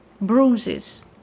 bruises